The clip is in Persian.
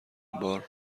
بار